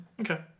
Okay